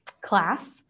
class